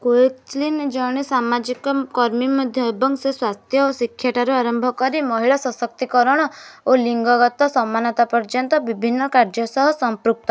Koechlin ଜଣେ ସାମାଜିକ କର୍ମୀ ମଧ୍ୟ ଏବଂ ସେ ସ୍ୱାସ୍ଥ୍ୟ ଓ ଶିକ୍ଷା ଠାରୁ ଆରମ୍ଭ କରି ମହିଳା ସଶକ୍ତିକରଣ ଓ ଲିଙ୍ଗଗତ ସମାନତା ପର୍ଯ୍ୟନ୍ତ ବିଭିନ୍ନ କାର୍ଯ୍ୟ ସହ ସମ୍ପୃକ୍ତ